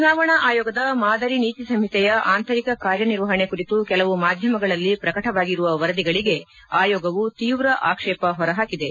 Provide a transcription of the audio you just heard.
ಚುನಾವಣಾ ಆಯೋಗದ ಮಾದರಿ ನೀತಿ ಸಂಹಿತೆಯ ಆಂತರಿಕ ಕಾರ್ಯ ನಿರ್ವಹಣೆ ಕುರಿತು ಕೆಲವು ಮಾಧ್ಯಮಗಳಲ್ಲಿ ಪ್ರಕಟವಾಗಿರುವ ವರದಿಗಳಿಗೆ ಆಯೋಗವು ತೀವ್ರ ಆಕ್ಷೇಪ ಹೊರಹಾಕಿದೆ